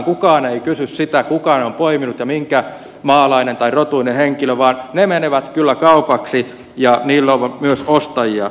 kukaan ei kysy sitä kuka ne on poiminut ja minkä maalainen tai rotuinen henkilö vaan ne menevät kyllä kaupaksi ja niille on myös ostajia